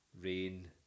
Rain